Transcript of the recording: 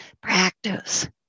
practice